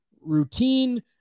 routine